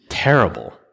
Terrible